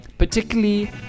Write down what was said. Particularly